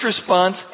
response